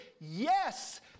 yes